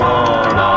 one